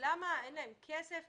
הסתייגות 8: בסעיף 30א(ב) בפסקה (5)